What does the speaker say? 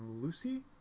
Lucy